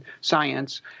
science